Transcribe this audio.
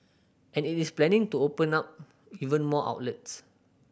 and it is planning to open now even more outlets